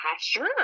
sure